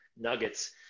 nuggets